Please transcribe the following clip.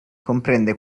comprende